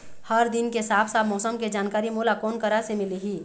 हर दिन के साफ साफ मौसम के जानकारी मोला कोन करा से मिलही?